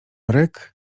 ryk